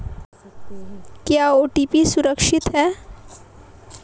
क्या ओ.टी.पी सुरक्षित है?